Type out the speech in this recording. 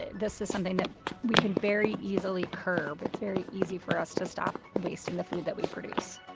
this is something that we can very easily curb. it's very easy for us to stop wasting the food that we produce